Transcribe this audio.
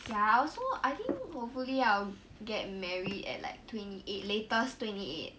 ya I also I think hopefully I'll get married at like twenty eight latest twenty eight